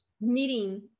meeting